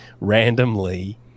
randomly